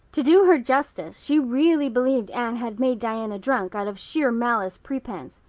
to do her justice, she really believed anne had made diana drunk out of sheer malice prepense,